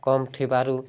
କମ୍ ଥିବାରୁ